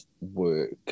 work